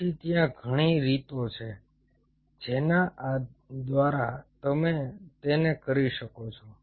તેથી ત્યાં ઘણી રીતો છે જેના દ્વારા તમે તેને કરી શકો છો